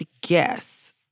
guess